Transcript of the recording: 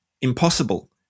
impossible